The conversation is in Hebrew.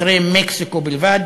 אחרי מקסיקו בלבד.